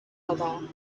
other